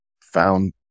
found